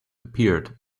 appeared